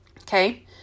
okay